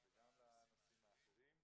וגם לנוסעים האחרים.